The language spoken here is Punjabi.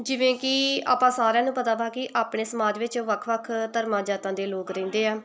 ਜਿਵੇਂ ਕਿ ਆਪਾਂ ਸਾਰਿਆਂ ਨੂੰ ਪਤਾ ਵਾ ਕਿ ਆਪਣੇ ਸਮਾਜ ਵਿੱਚ ਵੱਖ ਵੱਖ ਧਰਮਾਂ ਜਾਤਾਂ ਦੇ ਲੋਕ ਰਹਿੰਦੇ ਆ